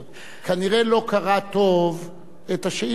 כנראה לא קרא טוב את השאילתא שלי